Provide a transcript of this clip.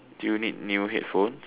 do you need new headphones